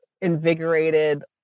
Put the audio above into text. invigorated